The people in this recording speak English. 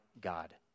God